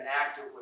active